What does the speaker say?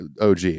og